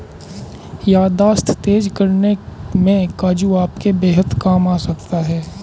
याददाश्त तेज करने में काजू आपके बेहद काम आ सकता है